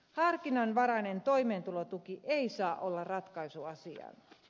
harkinnanvarainen toimeentulotuki ei saa olla ratkaisu asiaan